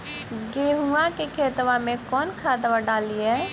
गेहुआ के खेतवा में कौन खदबा डालिए?